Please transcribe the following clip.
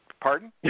Pardon